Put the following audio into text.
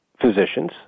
physicians